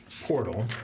portal